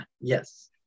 Yes